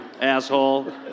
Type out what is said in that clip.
asshole